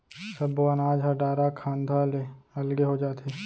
सब्बो अनाज ह डारा खांधा ले अलगे हो जाथे